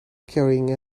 carrying